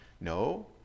No